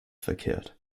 verkehrt